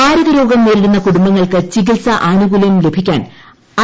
മാരക രോഗം നേരിടുന്ന കുടുംബങ്ങൾക്ക് ചികിത്സാ ആനൂകൂല്യം ലഭിക്കാൻ എ